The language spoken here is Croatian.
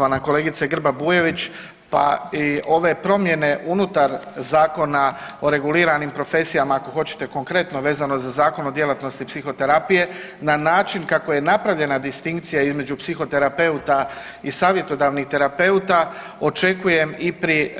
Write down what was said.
Poštovana kolegice Grba Bujević, pa i ove promjene unutar Zakona o reguliranim profesijama ako hoćete konkretno vezano za Zakon o djelatnosti psihoterapije na način kako je napravljena distinkcija između psihoterapeuta i savjetodavnih terapeuta očekujem i pri